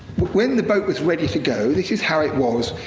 when the boat was ready to go, this is how it was.